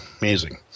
Amazing